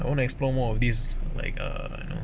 want to explore more of these like err you know